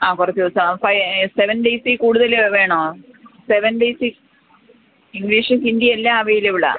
ആ കുറച്ചു ദിവസം സെവൻ ഡേയ്സില് കൂടുതല് വേണോ സെവൻ ഡേയ്സില് ഇംഗ്ലീഷും ഹിന്ദി എല്ലാം അവൈലബിളാണ്